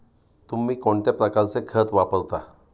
तुम्ही कोणत्या प्रकारचे खत वापरता?